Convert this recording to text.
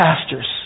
pastors